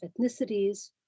ethnicities